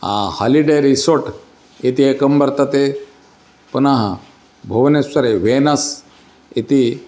holiday resort इत्येकं वर्तते पुनः भुवनेश्वरे वेनस् इति